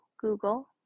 Google